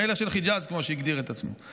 המלך שלך חג'אז, כמו שהגדיר את עצמו.